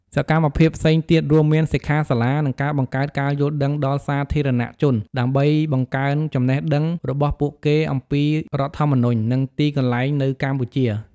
សកម្មភាពផ្សេងទៀតរួមមានសិក្ខាសាលា និងការបង្កើតការយល់ដឹងដល់សាធារណជន ដើម្បីបង្កើនចំណេះដឹងរបស់ពួកគេអំពីរដ្ឋធម្មនុញ្ញ និងទីកន្លែងនៅកម្ពុជា។